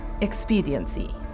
expediency